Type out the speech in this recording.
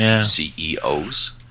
CEOs